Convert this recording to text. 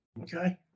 okay